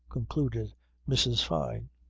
concluded mrs. fyne.